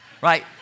Right